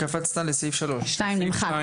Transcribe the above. קפצת לסעיף 3. 2 נמחק.